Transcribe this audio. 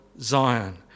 Zion